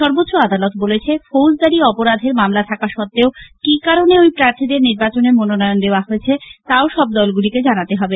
সর্বোচ্চ আদালত বলেছে ফৌজদারি অপরাধের মামলা থাকা সত্ত্বেও কি কারণে ওই প্রার্থীদের নির্বাচনে মনোনয়ন দেওয়া হয়েছে তাও সব দলগুলিকে জানাতে হবে